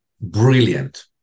Brilliant